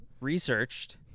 researched